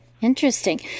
interesting